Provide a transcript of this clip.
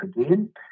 again